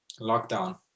lockdown